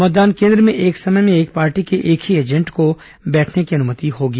मतदान केन्द्र में एक समय में एक पार्टी के एक ही एजेंट को बैठने की अनुमति होगी